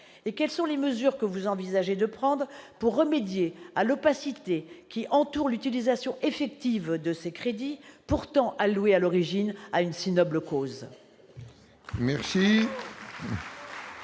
? Quelles mesures envisagez-vous de prendre pour remédier à l'opacité qui entoure l'utilisation effective de ces crédits, pourtant alloués, à l'origine, à une si noble cause ?